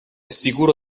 sicuro